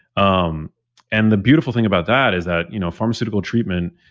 um and the beautiful thing about that is that you know pharmaceutical treatment,